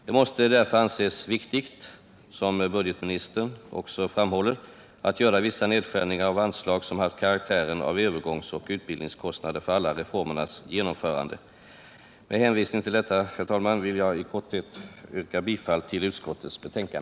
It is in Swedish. Det måste därför anses riktigt, som budgetministern också framhåller, att göra vissa nedskärningar av anslag som haft karaktären av övergångsoch utbildningskostnader för alla reformernas genomförande. Med hänvisning till detta, herr talman, ber jag att få yrka bifall till utskottets hemställan.